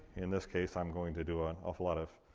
in this case, i'm going to do ah an awful lot of.